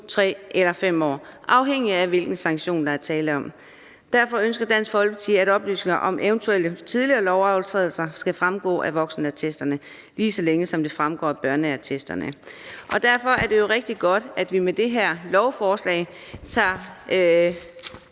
3 eller 5 år, afhængigt af hvilken sanktion der er tale om. Derfor ønsker Dansk Folkeparti, at oplysninger om eventuelle tidligere lovovertrædelser skal fremgå af voksenattesterne, lige så længe som det fremgår af børneattesterne. Derfor er det jo rigtig godt, at vi med det her lovforslag får